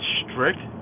strict